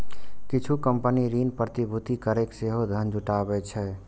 किछु कंपनी ऋण प्रतिभूति कैरके सेहो धन जुटाबै छै